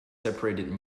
separated